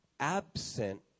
Absent